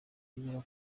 kugera